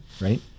right